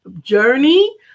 journey